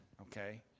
Okay